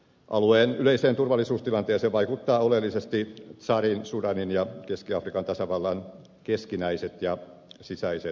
alueen yleiseen turvallisuustilanteeseen vaikuttavat oleellisesti tsadin sudanin ja keski afrikan tasavallan keskinäiset ja sisäiset suhteet